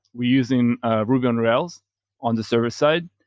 we're using ruby on rails on the server side,